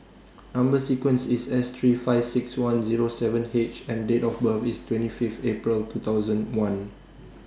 Number sequence IS S three nine five six one Zero seven H and Date of birth IS twenty Fifth April two thousand one